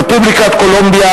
רפובליקת קולומביה,